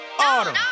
autumn